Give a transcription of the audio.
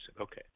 okay